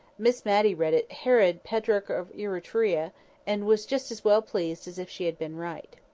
miss matty read it herod petrarch of etruria, and was just as well pleased as if she had been right.